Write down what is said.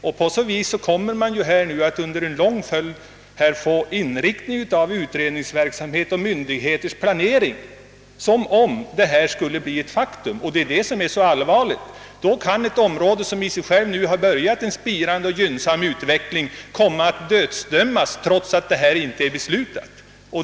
Men därigenom får vi ju under lång tid en inriktning av utredningsverksamheten och av myndigheters planering som om det föreslagna redan vore ett faktum. Det är det som är så allvarligt. Ty då kan ett område där det finns en spirande, gynnsam utveckling bli dödsdömt, trots att något beslut i länsindelningsfrågan ännu inte föreligger.